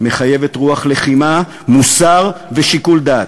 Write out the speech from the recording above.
מחייבת רוח לחימה, מוסר ושיקול דעת.